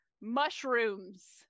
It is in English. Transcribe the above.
mushrooms